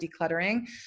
decluttering